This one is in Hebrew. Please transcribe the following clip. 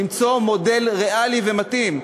למצוא מודל ריאלי ומתאים.